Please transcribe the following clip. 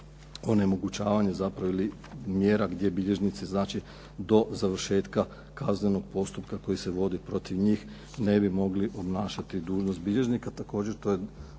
onemogućavanje mjera gdje bilježnici do završetka kaznenog postupka koji se vodi protiv njih ne bi mogli obnašati dužnost bilježnika. Također to je